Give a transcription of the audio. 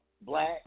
black